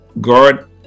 guard